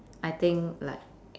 I think like